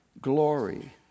glory